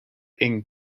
ink